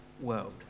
world